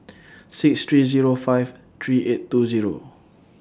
six three Zero five three eight two Zero